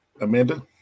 Amanda